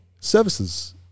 services